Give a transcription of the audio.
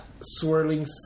swirling